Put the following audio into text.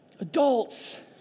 Adults